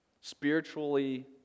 spiritually